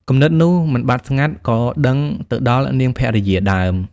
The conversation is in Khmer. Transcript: គំនិតនោះមិនបាត់ស្ងាត់ ក៏ដឹងទៅដល់នាង ភរិយាដើម ។